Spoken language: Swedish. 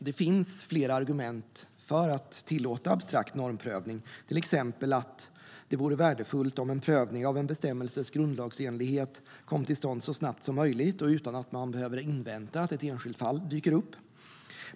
Det finns flera argument för att tillåta abstrakt normprövning, till exempel att det vore värdefullt om en prövning av en bestämmelses grundlagsenlighet kom till stånd så snabbt som möjligt och utan att man behöver invänta att ett enskilt fall dyker upp.